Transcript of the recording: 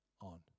on